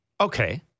okay